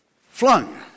flung